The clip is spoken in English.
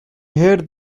hate